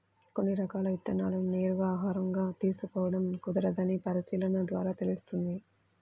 కొన్ని రకాల విత్తనాలను నేరుగా ఆహారంగా తీసుకోడం కుదరదని పరిశీలన ద్వారా తెలుస్తుంది